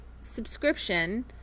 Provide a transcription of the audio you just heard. subscription